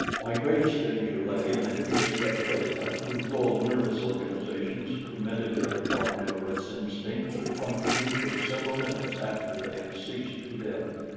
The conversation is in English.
my greatest danger lay in the hideous reptilia whose low nervous organizations permitted their carnivorous instincts to function for several minutes after they had ceased to live.